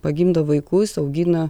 pagimdo vaikus augina